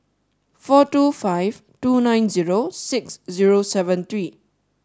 four two five two nine zero six zero seven three